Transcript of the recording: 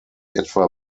etwa